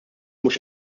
mhux